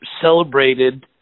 celebrated